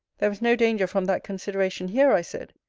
there was no danger from that consideration here, i said,